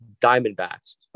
Diamondbacks